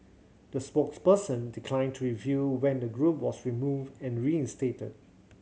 the spokesperson declined to reveal when the group was removed and reinstated